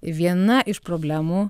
viena iš problemų